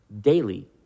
daily